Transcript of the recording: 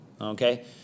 Okay